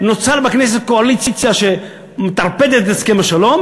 נוצרת בכנסת קואליציה שמטרפדת את הסכם השלום,